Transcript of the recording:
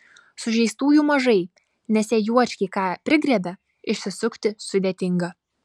sužeistųjų mažai nes jei juočkiai ką prigriebia išsisukti sudėtinga